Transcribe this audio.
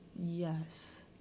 Yes